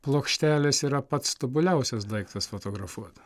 plokštelės yra pats tobuliausias daiktas fotografuot